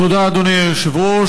תודה, אדוני היושב-ראש.